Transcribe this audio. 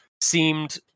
seemed